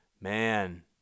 man